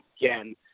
again